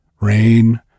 Rain